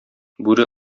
бүре